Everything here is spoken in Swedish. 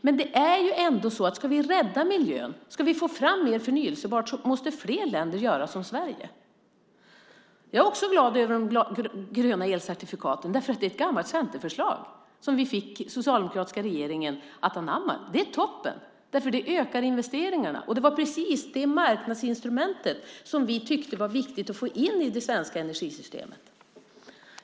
Men ska vi rädda miljön och få fram mer förnybart måste fler länder göra som Sverige. Jag är också glad över de gröna elcertifikaten. Det är ett gammalt centerförslag som vi fick den socialdemokratiska regeringen att anamma. Det är toppen. Det ökar investeringarna, och det var precis det marknadsinstrumentet som vi tyckte att det var viktigt att få in i det svenska energisystemet.